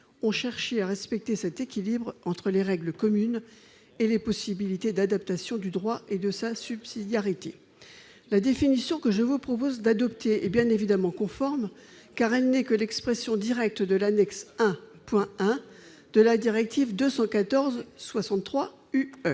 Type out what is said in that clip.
ont cherché à respecter cet équilibre entre les règles communautaires et les possibilités d'adaptation du droit en fonction du principe de subsidiarité. La définition que je vous propose d'adopter est bien évidemment conforme, car elle n'est que l'expression directe de l'annexe I, point 1, de la directive 2014/63/UE.